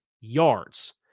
yards